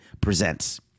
presents